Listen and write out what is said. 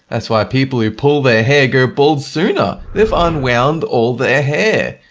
that's why people who pull their hair go bald sooner, they've unwound all their hair!